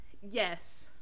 Yes